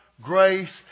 grace